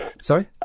Sorry